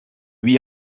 lui